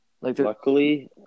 luckily